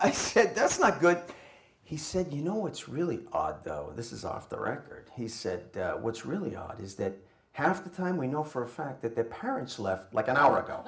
i said that's not good he said you know what's really odd though this is off the record he said what's really odd is that half the time we know for a fact that their parents left like an hour ago